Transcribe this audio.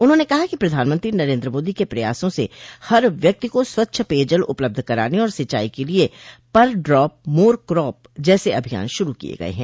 उन्होंने कहा कि प्रधानमंत्रो नरेन्द्र मोदी के प्रयासों से हर व्यक्ति को स्वच्छ पेयजल उपलब्ध कराने और सिंचाई के लिये पर ड्रॉप मोर क्रॉप जैसे अभियान श्रू किये गये है